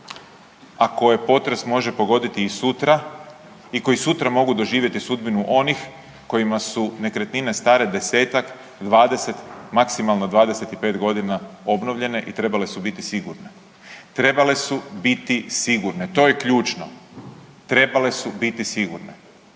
a koje potres može pogoditi i sutra i koji sutra mogu doživjeti sudbinu onih kojima su nekretnine stare 10-tak, 20, maksimalno 25 godina, obnovljene i trebale su biti sigurne. Trebale su biti sigurne. To je ključno. Trebale su biti sigurne.